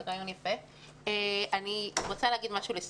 אני רוצה להגיד שני דברים לסיכום.